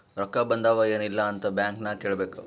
ರೊಕ್ಕಾ ಬಂದಾವ್ ಎನ್ ಇಲ್ಲ ಅಂತ ಬ್ಯಾಂಕ್ ನಾಗ್ ಕೇಳಬೇಕ್